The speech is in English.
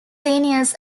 seniors